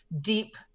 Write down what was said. deep